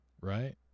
right